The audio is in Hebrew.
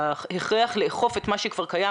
ההכרח לאכוף את מה שכבר קיים.